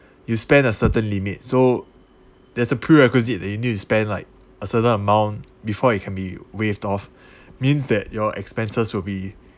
you spend a certain limit so there's a prerequisite that you need to spend like a certain amount before it can be waived off means that your expenses will be